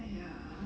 !aiya!